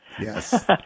Yes